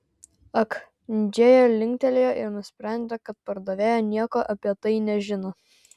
ak džėja linktelėjo ir nusprendė kad pardavėja nieko apie tai nežino